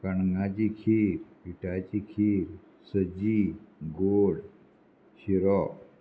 कणगाची खीर पिठाची खीर सजी गोड शिरो